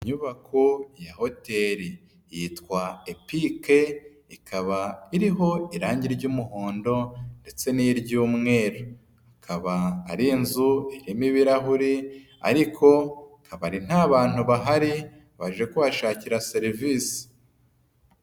Inyubako ya hoteri. Yitwa Epike, ikaba iriho irangi ry'umuhondo ndetse n'iryumweru. Ikaba ari inzu irimo ibirahuri, ariko akaba ari ntabantu bahari, baje kuhashakira serivisi.